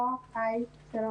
שלום.